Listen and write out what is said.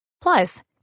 Plus